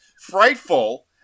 FRIGHTFUL